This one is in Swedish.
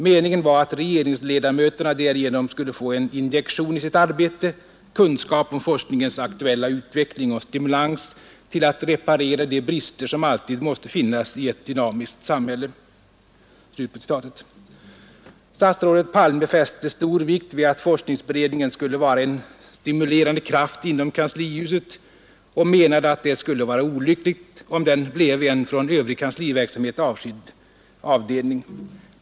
Meningen var att regeringsledamöterna därigenom skulle få en injektion i sitt arbete, kunskap om forskningens aktuella utveckling och stimulans till att reparera de brister som alltid måste finnas i ett dynamiskt samhälle.” Statsrådet Palme fäste stor vikt vid att forskningsberedningen skulle vara en stimulerande kraft inom kanslihuset och menade, att det skulle vara olyckligt om den bleve en från övrig kansliverksamhet avskild avdelning.